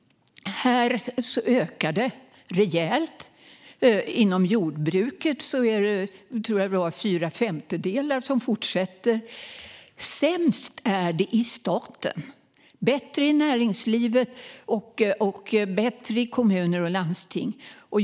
Andelen ökar rejält. Inom jordbruket fortsätter fyra femtedelar att arbeta. Sämst är det i staten, men det är bättre i näringslivet samt i kommuner och landsting.